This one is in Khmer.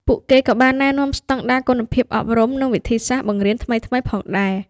ពួកគេក៏បានណែនាំស្តង់ដារគុណភាពអប់រំ និងវិធីសាស្ត្របង្រៀនថ្មីៗផងដែរ។